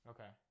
Okay